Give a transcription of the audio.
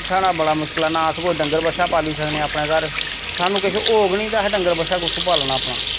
साढ़ा बड़ा मुशकल ऐ ना अस कोई डंगर बच्छा पाल्ली सकने अपने घर स्हानू किश होग नी ते असैं डंगर बच्छा कुत्थूं पालना अपना